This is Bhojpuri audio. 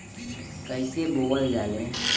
कईसे बोवल जाले?